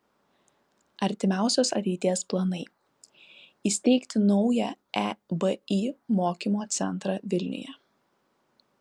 artimiausios ateities planai įsteigti naują ebi mokymo centrą vilniuje